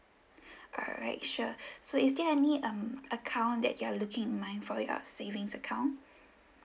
alright sure so is there any um account that you're looking in mind for your savings account